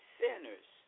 sinners